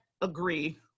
agree